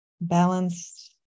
balanced